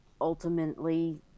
ultimately